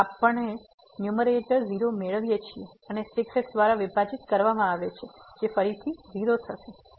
તેથી આપણણે ન્યુમેરેટર ૦ મેળવીએ છીએ અને 6 x દ્વારા વિભાજીત કરવામાં આવે છે જે ફરીથી ૦ છે